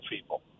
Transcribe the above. people